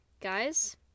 Guys